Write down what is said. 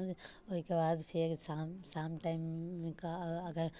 ओहिके बाद फेर शाम शाम टाइमके अगर